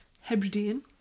Hebridean